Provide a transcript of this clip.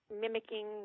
mimicking